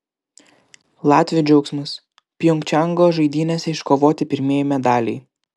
latvių džiaugsmas pjongčango žaidynėse iškovoti pirmieji medaliai